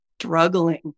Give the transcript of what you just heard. struggling